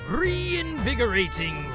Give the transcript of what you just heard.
reinvigorating